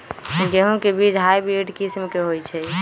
गेंहू के बीज हाइब्रिड किस्म के होई छई?